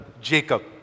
Jacob